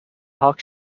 hoc